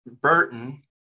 Burton